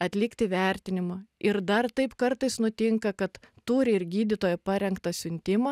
atlikti vertinimą ir dar taip kartais nutinka kad turi ir gydytojo parengtą siuntimą